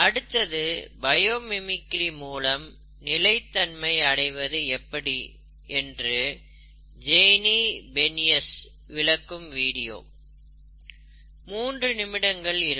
அடுத்தது biomimicry மூலம் நிலைத்தன்மை அடைவது எப்படி என்று ஜேஎய்னி பெனிஸ் விளக்கும் வீடியோ மூன்று நிமிடங்கள் இருக்கும்